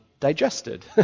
Digested